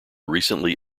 recently